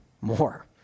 more